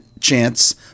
chance